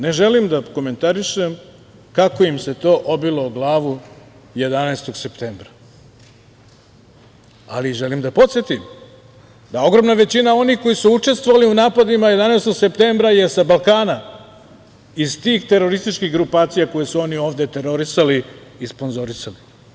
Ne želim da komentarišem kako im se to obilo o glavu 11. septembra, ali želim da podsetim da ogromna većina onih koji su učestvovali u napadima 11. septembra je sa Balkana iz tih terorističkih grupacija koje su oni ovde terorisali i sponzorisali.